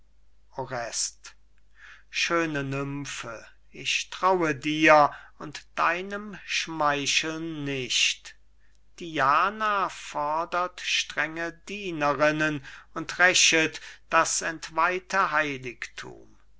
schöne nymphe ich traue dir und deinem schmeicheln nicht diana fordert strenge dienerinnen und rächet das entweihte heiligthum